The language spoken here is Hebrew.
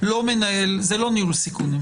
לא צריך להיות תחת ניהול סיכונים.